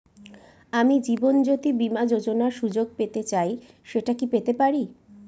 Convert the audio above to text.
আমি জীবনয্যোতি বীমা যোযোনার সুযোগ পেতে চাই সেটা কি পেতে পারি?